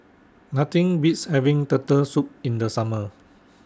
Nothing Beats having Turtle Soup in The Summer